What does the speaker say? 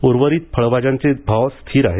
उर्वरित फळभाज्यांचे भाव स्थिर आहेत